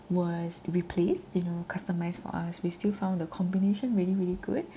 was replaced you know customised for us we still found the combination really really good